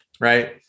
right